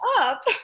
up